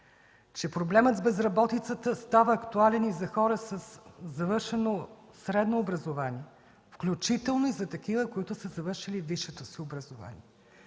че проблемът с безработицата става актуален и за хора със завършено средно образование, включително и за такива, които са завършили и висшето си образование.